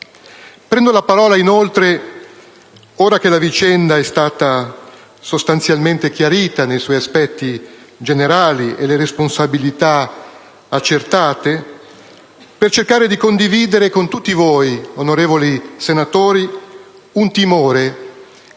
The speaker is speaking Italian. Prendo la parola, inoltre, ora che la vicenda è stata sostanzialmente chiarita nei suoi aspetti generali e le responsabilità sono state accertate, per cercare di condividere con tutti voi, onorevoli senatori, un timore